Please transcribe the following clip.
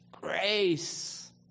Grace